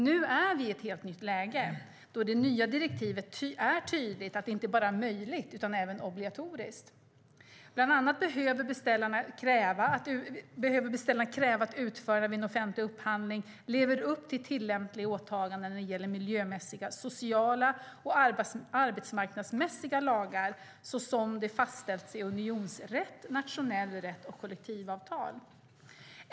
Nu är vi i ett helt nytt läge då det i det nya direktivet är tydligt att det inte bara är möjligt utan obligatoriskt. Bland annat behöver beställarna kräva att utförarna vid en offentlig upphandling lever upp till tillämpliga åtaganden när det gäller miljömässiga, sociala och arbetsmarknadsmässiga lagar så som de fastställs i unionsrätt, nationell rätt och kollektivavtal.